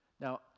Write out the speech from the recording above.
Now